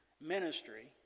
ministry